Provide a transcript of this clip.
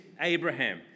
Abraham